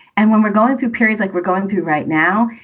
and when we're going through periods like we're going through right now,